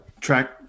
track